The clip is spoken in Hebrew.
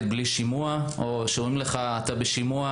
בלי שימוע או שאומרים לך שאתה בשימוע,